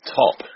top